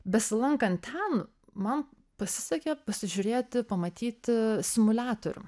besilankant ten man pasisekė pasižiūrėti pamatyti simuliatorių